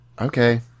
Okay